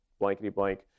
blankety-blank